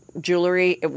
jewelry